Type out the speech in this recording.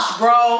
bro